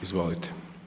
Izvolite.